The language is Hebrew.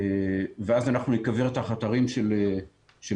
אז אנחנו ניקבר תחת הרים של בוצה.